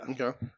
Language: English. Okay